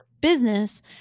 business